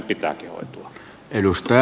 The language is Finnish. arvoisa puhemies